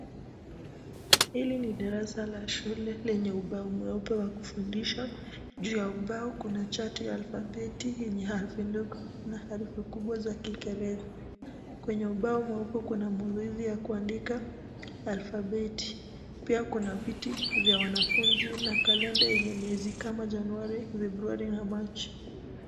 Hili ni darasa la shule lenye ubao mweupe wa kufundisha, juu ya ubao kuna chati ya alfabeti yenye herufi ndogo na herufi kubwa ya kingereza. Kwenye ubao mweupe kuna mazoezi ya kuandika alfabeti, pia kuna viti vya wanafunzi na kalenda yenye mwezi kama Januari, Februari na Machi.